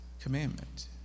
commandment